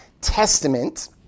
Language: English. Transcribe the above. Testament